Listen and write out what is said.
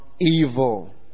evil